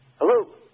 Hello